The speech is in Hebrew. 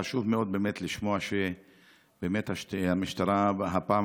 חשוב מאד לשמוע שהמשטרה באמת